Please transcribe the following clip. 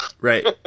Right